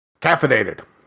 caffeinated